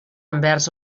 envers